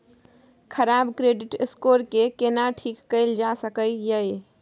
खराब credit score के केना ठीक कैल जा सकै ये?